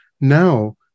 now